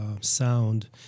sound